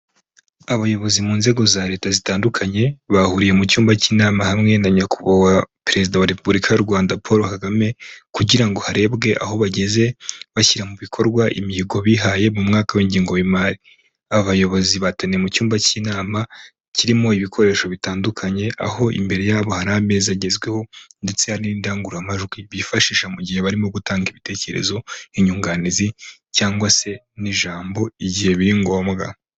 Abayobozi mu nzego za leta zitandukanye bahuriye mu cyumba cy'inama hamwe na nyakubahwa perezida wa repubulika y'u Rwanda Paul Kagame kugira ngo harebwe aho bageze bashyira mu bikorwa imihigo bihaye mu mwaka w'ingengo y'imari. Abayobozi bateraniye mu cyumba cy'inama kirimo ibikoresho bitandukanye aho imbere yabo hari imeza zigezweho ndetse n'indangururamajwi bifashisha mu gihe barimo gutanga ibitekerezo ,inyunganizi cyangwa se n'ijambo igihe biri ngombwa.